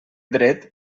dret